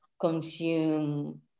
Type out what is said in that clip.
consume